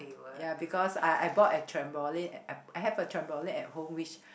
ya because I I bought a trampoline I I have a trampoline at home which